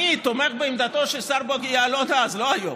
אני תומך בעמדתו של השר בוגי יעלון אז, לא היום.